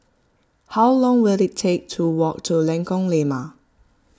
how long will it take to walk to Lengkong Lima